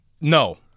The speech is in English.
no